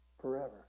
Forever